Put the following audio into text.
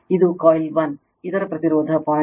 ಇದು coiL1 ಇದರ ಪ್ರತಿರೋಧ 0